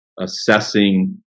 assessing